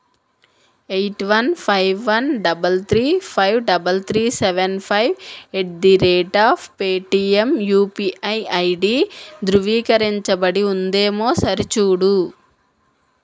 eight one five one double three five double three seven five at the rate of Paytm UPI ID ధృవీకరించబడి ఉందేమో సరిచూడు